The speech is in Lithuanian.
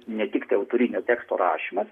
ne tik tai autorinio teksto rašymas